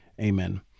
amen